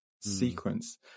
sequence